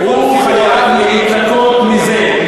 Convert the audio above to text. הוא חייב להתנקות מזה.